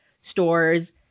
stores